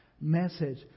message